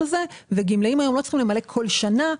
הזה וגמלאים היום לא צריכים למלא כל שנה.